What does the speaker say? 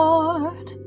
Lord